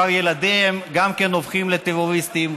ילדיהם גם כן הופכים לטרוריסטים,